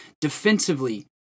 Defensively